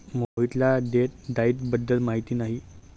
मोहितला डेट डाइट बद्दल माहिती नाही